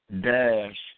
dash